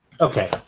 Okay